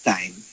Time